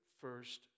first